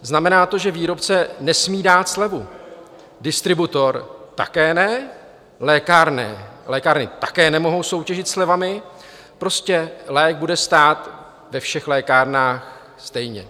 Znamená to, že výrobce nesmí dát slevu, distributor také ne, lékárny také nemohou soutěžit slevami, prostě lék bude stát ve všech lékárnách stejně.